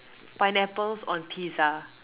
pineapples on pizza